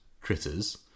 critters